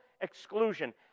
exclusion